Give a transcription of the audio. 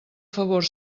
favor